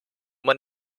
man